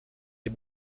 est